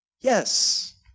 yes